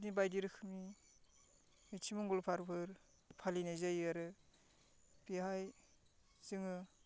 बायदि रोखोमनि सेथि मंगलबारफोर फालिनाय जायो आरो बेवहाय जोङो